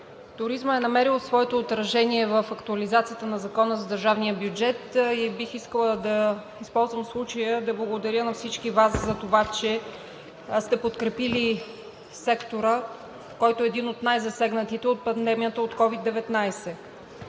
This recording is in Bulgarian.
туризмът е намерил своето отражение в актуализацията на Закона за държавния бюджет, и бих искала да използвам случая да благодаря на всички Вас за това, че сте подкрепили сектора, който е един от най-засегнатите от пандемията от COVID-19.